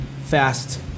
fast